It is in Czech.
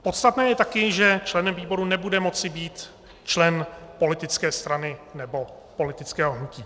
Podstatné je taky, že členem výboru nebude moci být člen politické strany nebo politického hnutí.